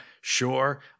sure